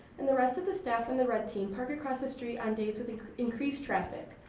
and the rest of the staff and the red team park across the street on days with increased traffic.